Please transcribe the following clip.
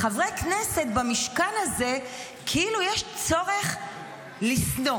לחברי כנסת במשכן הזה כאילו יש צורך לשנוא.